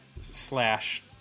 slash